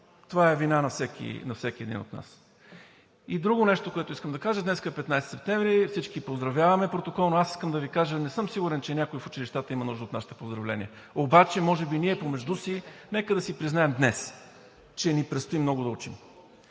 това е вина на всеки един от нас. И друго нещо, което искам да кажа: днес е 15 септември, всички поздравяваме протоколно, но аз искам да Ви кажа: не съм сигурен, че някой в училищата има нужда от нашите поздравления, обаче може би ние помежду си нека да си признаем днес, че ни предстои много да учим,